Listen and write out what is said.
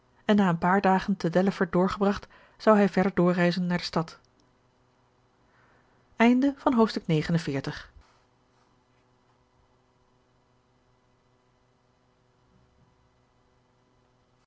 en na een paar dagen te delaford doorgebracht zou hij verder doorreizen naar de stad hoofdstuk